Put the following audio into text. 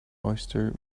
oyster